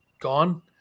Gone